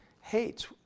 hates